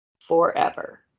forever